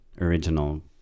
original